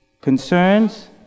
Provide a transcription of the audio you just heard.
concerns